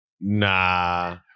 Nah